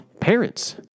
parents